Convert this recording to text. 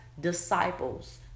disciples